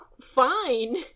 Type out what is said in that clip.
fine